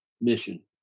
mission